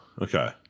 Okay